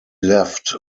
left